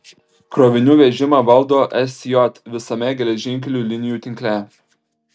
krovinių vežimą valdo sj visame geležinkelių linijų tinkle